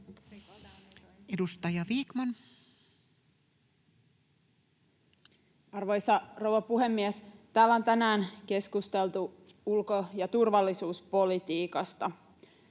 Content: Arvoisa rouva puhemies! Täällä on tänään keskusteltu ulko- ja turvallisuuspolitiikasta.